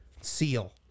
Seal